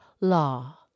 law